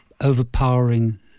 overpowering